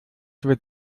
wird